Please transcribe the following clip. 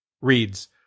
reads